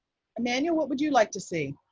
emmanuel, what would you like to see?